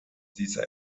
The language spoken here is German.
dieser